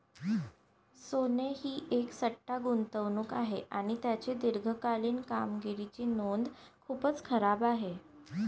सोने ही एक सट्टा गुंतवणूक आहे आणि त्याची दीर्घकालीन कामगिरीची नोंद खूपच खराब आहे